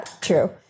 true